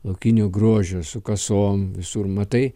laukinio grožio su kasom visur matai